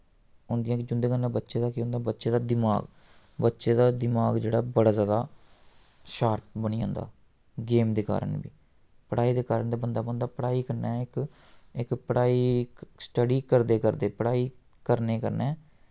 होंदियां कि जुं'दे कन्नै बच्चे दा केह् होंदा बच्चे दा दमाक बच्चे दा दमाक जेह्ड़ा बड़ा जैदा शार्प बनी जंदा गेम दे कारण बी पढ़ाई दे कारण ते बनदा बनदा पढ़ाई कन्नै इक इक पढ़ाई इक स्टडी करदे करदे पढ़ाई करने कन्नै